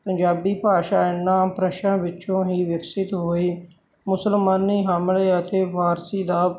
ਪੰਜਾਬੀ ਭਾਸ਼ਾ ਇਹਨਾਂ ਅਪਭ੍ਰਸ਼ਾਂ ਵਿੱਚੋਂ ਹੀ ਵਿਕਸਿਤ ਹੋਈ ਮੁਸਲਮਾਨੀ ਹਮਲੇ ਅਤੇ ਫਾਰਸੀ ਦਾ